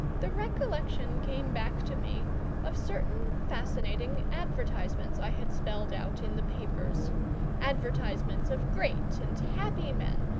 the recollection came back to me of certain fascinating advertisements i had spelled out in the papers advertisements of great and happy men,